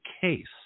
case